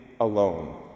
alone